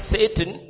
Satan